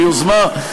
ביוזמה,